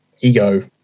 Ego